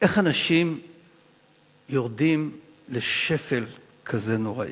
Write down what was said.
איך אנשים יורדים לשפל כזה נוראי.